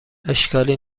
اشکالی